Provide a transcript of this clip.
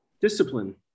discipline